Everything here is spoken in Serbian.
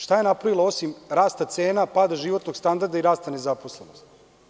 Šta je napravila osim rasta cena, pada životnog standarda i rasta nezaposlenosti?